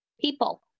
People